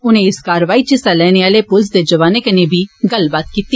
उनें इस कार्रवाई च हिस्सा लैने आह्ले पुलस दे जवानें कन्नै बी गल्लबात कीती